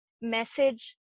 message